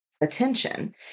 attention